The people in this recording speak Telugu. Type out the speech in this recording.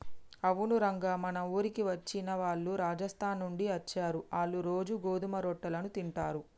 అవును రంగ మన ఊరికి వచ్చిన వాళ్ళు రాజస్థాన్ నుండి అచ్చారు, ఆళ్ళ్ళు రోజూ గోధుమ రొట్టెలను తింటారు